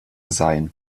sein